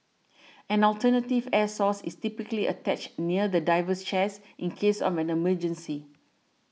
an alternative air source is typically attached near the diver's chest in case of an emergency